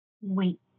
Wait